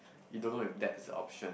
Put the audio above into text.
he don't know if that's a option